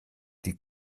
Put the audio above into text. die